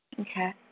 Okay